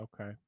Okay